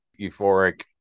euphoric